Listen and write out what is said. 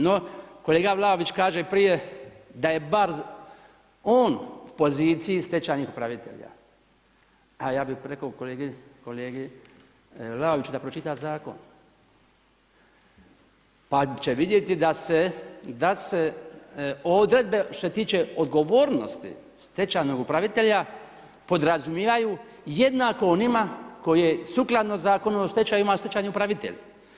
No kolega Vlaović kaže prije da je bar on u poziciji stečajnih upravitelja, a ja bih rekao kolegi Vlaoviću da pročita zakon pa će vidjeti da se odredbe, što se tiče odgovornosti stečajnog upravitelja podrazumijevaju jednako onima koje sukladno Zakonu o stečajima stečajni upravitelj.